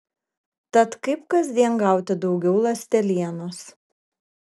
tad kaip kasdien gauti daugiau ląstelienos